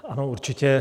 Ano, určitě.